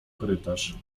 korytarz